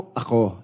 ako